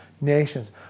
nations